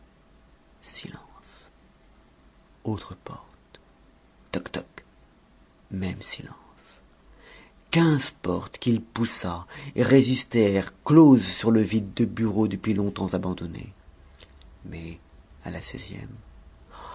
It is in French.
silence autre porte toc toc même silence quinze portes qu'il poussa résistèrent closes sur le vide de bureaux depuis longtemps abandonnés mais à la seizième